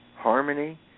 harmony